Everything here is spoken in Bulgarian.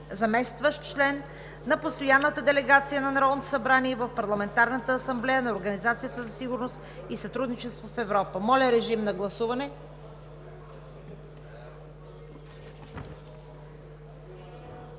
заместващ член на Постоянната делегация на Народното събрание в Парламентарната асамблея на Организацията за сигурност и сътрудничество в Европа.“ Моля, режим на гласуване.